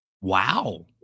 Wow